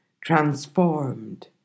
transformed